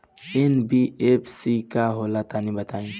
NBFC का होला तनि बताई?